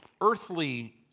earthly